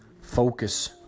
focus